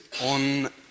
on